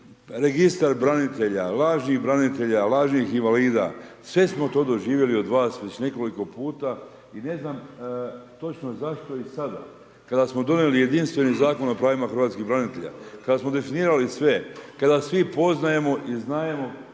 registar branitelja, lažnih branitelja, lažnih invalida, sve smo to doživjeli od vas, uz nekoliko puta i ne znam točno zašto i sada, kada smo donijeli jedinstveni Zakon o pravima hrvatskih branitelja, kada smo definirali sve, kada svi poznajemo i znajemo